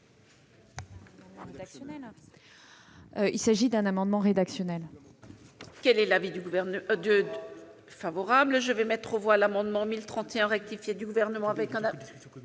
Il s'agit d'un amendement rédactionnel.